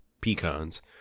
pecans